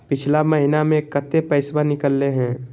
पिछला महिना मे कते पैसबा निकले हैं?